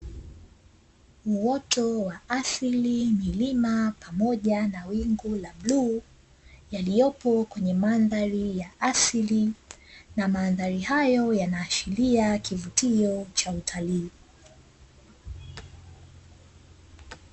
Uoto wa asili, milima pamoja na wingu la bluu yaliyopo kwenye mandhari ya asili na mandhari hayo yanaashiria kivutio cha utalii.